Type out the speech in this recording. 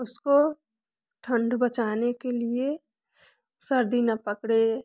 उसको ठंड बचाने के लिए सर्दी न पकड़े